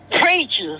preachers